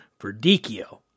Verdicchio